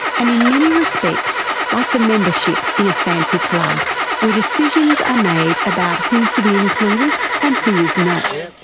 and in many respects like the membership in a fancy club where decisions are made about who is to be included and who is not.